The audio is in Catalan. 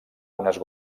unes